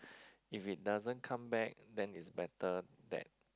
if it doesn't come back then it's better that